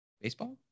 baseball